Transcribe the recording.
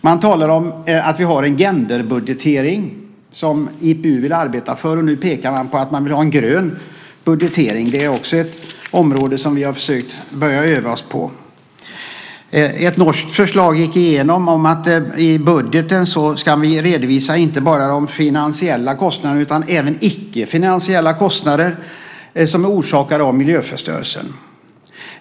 Man talar om att vi har en genderbudgetering, som IPU vill arbeta för, och pekar man på att man nu vill ha en grön budgetering. Också det är ett område som vi har försökt börja öva oss på. Ett norskt förslag som gick igenom var att vi i budgeten ska redovisa inte bara finansiella kostnader utan även icke finansiella kostnader som är orsakade av miljöförstöringen.